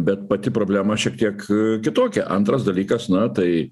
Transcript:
bet pati problema šiek tiek kitokia antras dalykas na tai